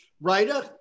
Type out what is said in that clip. writer